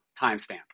timestamp